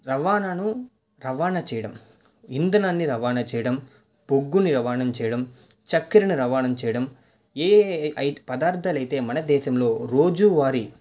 రవాణాను రవాణా చేయడం ఇందనాన్ని రవాణా చేయడం బొగ్గుని రవాణం చేయడం చక్కెరని రవాణా చేయడం ఏ ఏ అయి పదార్థాలు అయితే మన దేశంలో రోజువారి